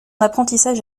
apprentissage